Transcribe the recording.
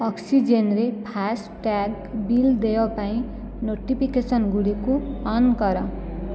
ଅକ୍ସିଜେନରେ FASTag bill ଦେୟ ପାଇଁ notification ଗୁଡ଼ିକୁ ଅନ୍ କର